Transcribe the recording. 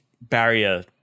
barrier